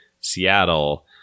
seattle